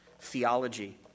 theology